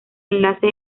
enlace